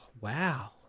wow